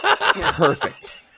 Perfect